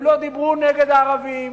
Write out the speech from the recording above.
הם לא דיברו נגד הערבים,